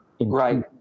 Right